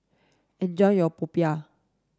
enjoy your popiah